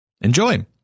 Enjoy